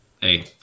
Hey